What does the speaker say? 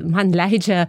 man leidžia